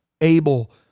Abel